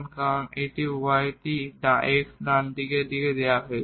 কারণ এই y টি x ডান হাতের দিক দিয়ে দেওয়া হয়েছে